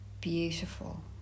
beautiful